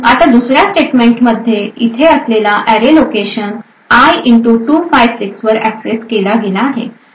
आता दुसर्या स्टेटमेंटमध्ये येथे असलेला अॅरे लोकेशन i256 वर एक्सेस केला गेला आहे